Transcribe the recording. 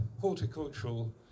horticultural